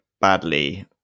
badly